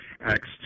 Acts